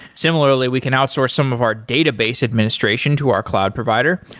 similarly, we can outsource some of our database administration to our cloud provider.